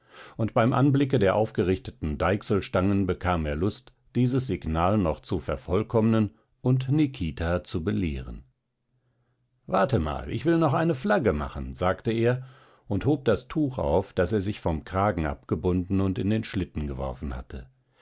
und beim anblicke der aufgerichteten deichselstangen bekam er lust dieses signal noch zu vervollkommnen und nikita zu belehren warte mal ich will noch eine flagge machen sagte er und hob das tuch auf das er sich vom kragen abgebunden und in den schlitten geworfen hatte